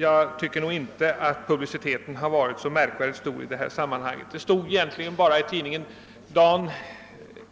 Jag tycker inte den varit speciellt stor i det här sammanhanget. Det stod egentligen bara i tidningarna dagen